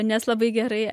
nes labai gerai